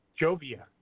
Jovia